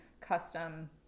custom